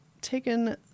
taken